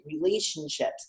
relationships